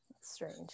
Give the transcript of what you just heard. Strange